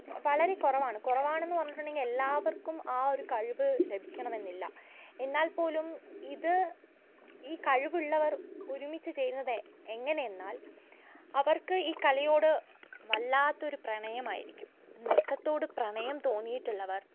വളരെ കുറവാണ് കുറവാണെന്ന് പറഞ്ഞിട്ടുണ്ടെങ്കിൽ എല്ലാവർക്കും ആ ഒരു കഴിവ് ലഭിക്കണമെന്നില്ല എന്നാൽപ്പോലും ഇത് ഈ കഴിവുള്ളവർ ഒരുമിച്ച് ചെയ്യുന്നത് എങ്ങനെ എന്നാൽ അവർക്ക് ഈ കലയോട് വല്ലാത്തൊരു പ്രണയമായിരിക്കും നൃത്തത്തോട് പ്രണയം തോന്നിയിട്ടുള്ളവർ